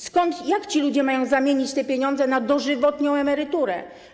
Skąd, jak ci ludzie mają zamienić te pieniądze na dożywotnią emeryturę?